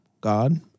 God